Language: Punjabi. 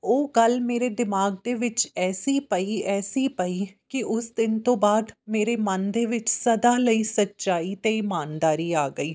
ਉਹ ਗੱਲ ਮੇਰੇ ਦਿਮਾਗ ਦੇ ਵਿੱਚ ਐਸੀ ਪਈ ਐਸੀ ਪਈ ਕਿ ਉਸ ਦਿਨ ਤੋਂ ਬਾਅਦ ਮੇਰੇ ਮਨ ਦੇ ਵਿੱਚ ਸਦਾ ਲਈ ਸੱਚਾਈ ਅਤੇ ਇਮਾਨਦਾਰੀ ਆ ਗਈ